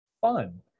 fun